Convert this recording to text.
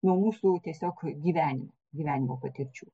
nuo mūsų tiesiog gyvenimo gyvenimo patirčių